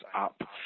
up